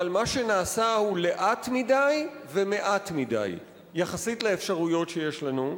אבל מה שנעשה הוא לאט מדי ומעט מדי יחסית לאפשרויות שיש לנו.